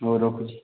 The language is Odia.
ହଉ ରଖୁଛି